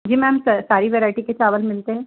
जी ma'am सारी variety के चावल मिलते हैं